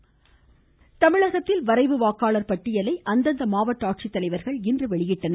வரைவு வாக்காளர் பட்டியல் தமிழகத்தில் வரைவு வாக்காளர் பட்டியலை அந்தந்த மாவட்ட ஆட்சித் தலைவர்கள் இன்று வெளியிட்டனர்